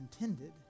intended